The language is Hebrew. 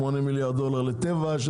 שמונה מיליארד דולר לטבע,